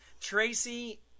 Tracy